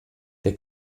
der